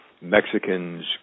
Mexicans